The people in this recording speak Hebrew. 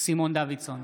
סימון דוידסון,